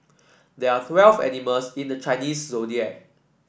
there are twelve animals in the Chinese Zodiac